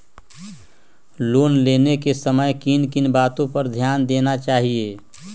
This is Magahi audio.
लोन लेने के समय किन किन वातो पर ध्यान देना चाहिए?